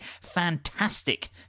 fantastic